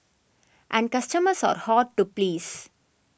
and customers are hard to please